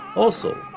also,